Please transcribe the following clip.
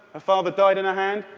father died in her hand,